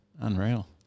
Unreal